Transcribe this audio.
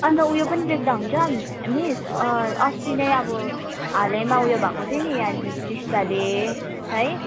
अनि त ऊ यो पनि लेख्दा हुन्छ मिस अस्ति नै अब हालैमा ऊ यो भएको थियो नि यहाँ टिस्टाले है